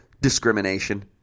discrimination